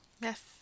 Yes